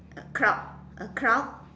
a cloud a cloud